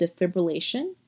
defibrillation